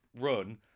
run